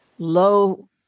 low